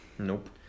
Nope